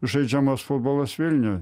žaidžiamas futbolas vilniuj